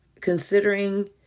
Considering